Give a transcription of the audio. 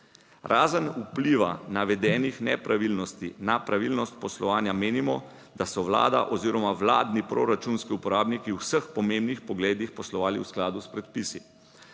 Razen vpliva navedenih nepravilnosti na pravilnost poslovanja menimo, da so Vlada oziroma vladni proračunski uporabniki v vseh pomembnih pogledih poslovali v skladu s predpisi.